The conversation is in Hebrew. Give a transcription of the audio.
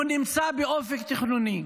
שנמצא באופק תכנוני,